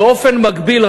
באופן מקביל,